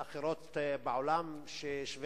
אחרות בעולם שהן שוות